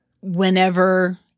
whenever